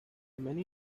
many